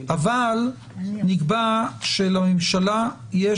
אבל נקבע שלממשלה יש